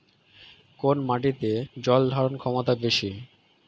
কোন মাটির জল ধারণ ক্ষমতা বেশি?